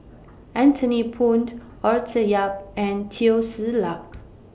Anthony Poon Arthur Yap and Teo Ser Luck